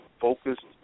focused